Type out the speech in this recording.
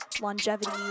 longevity